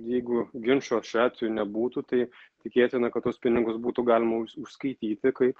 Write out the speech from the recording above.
jeigu ginčo šiuo atveju nebūtų tai tikėtina kad tuos pinigus būtų galima užskaityti kaip